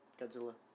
Godzilla